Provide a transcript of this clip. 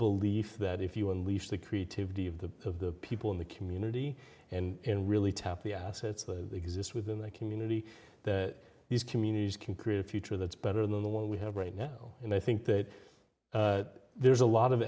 belief that if you unleash the creativity of the people in the community and really tap the assets that exist within the community that these communities can create a future that's better than the one we have right now and i think that there's a lot of